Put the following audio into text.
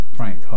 Frank